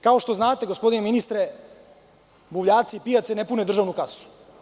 Kao što znate, gospodine ministre, buvljaci i pijace ne pune državnu kasu.